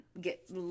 get